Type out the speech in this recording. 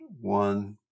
one